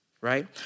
right